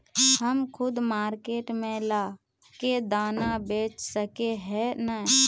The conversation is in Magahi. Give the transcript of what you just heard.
हम खुद मार्केट में ला के दाना बेच सके है नय?